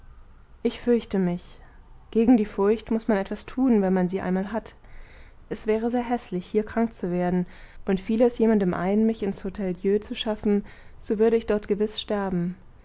ich fürchte mich gegen die furcht muß man etwas tun wenn man sie einmal hat es wäre sehr häßlich hier krank zu werden und fiele es jemandem ein mich ins htel dieu zu schaffen so würde ich dort gewiß sterben